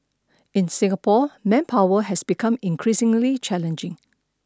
in Singapore manpower has become increasingly challenging